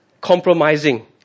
compromising